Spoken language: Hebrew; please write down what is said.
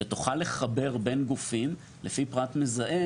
שתוכל לחבר בין גופים לפי פרט מזהה